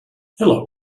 hello